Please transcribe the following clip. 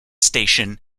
station